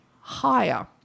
higher